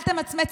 אל תמצמץ.